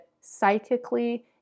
psychically